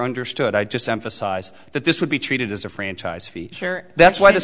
understood i just emphasize that this would be treated as a franchise fee that's why the